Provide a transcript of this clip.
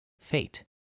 fate